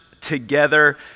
together